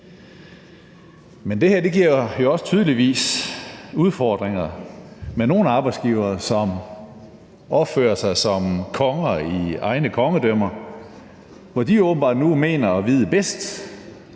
Men det her giver jo også tydeligvis udfordringer med nogle arbejdsgivere, som opfører sig som konger i egne kongedømmer, hvor de åbenbart nu mener at vide bedst,